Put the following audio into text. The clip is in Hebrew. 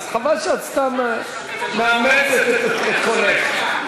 חבל שאת סתם מאמצת את קולך.